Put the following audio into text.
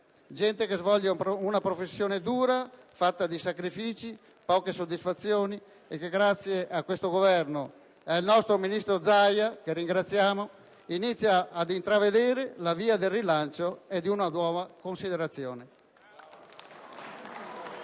gente che svolge una professione dura, fatta di sacrifici, poche soddisfazioni e che grazie a questo Governo e al nostro ministro Zaia, che ringraziamo, inizia ad intravedere la via del rilancio e di una nuova considerazione.